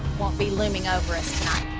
won't be looming over us